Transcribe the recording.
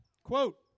Quote